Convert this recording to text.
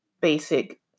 basic